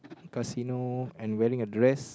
casino and wearing a dress